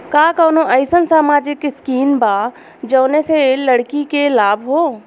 का कौनौ अईसन सामाजिक स्किम बा जौने से लड़की के लाभ हो?